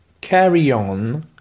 carry-on